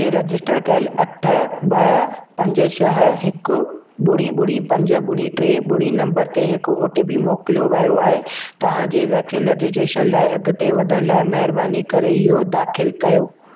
तव्हांजे रजिस्टर कयल अठ ॿ पंज छह हिकु ॿुड़ी ॿुड़ी पंज ॿुड़ी ट्रे ॿुड़ी नंबर ते हिकु ओ टी पी मोकिलियो वयो आहे तव्हांजे वैक्सीन रजिस्ट्रेशन लाइ अॻिते वधण लाइ महिरबानी करे इहो दाखिल कयो